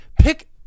Pick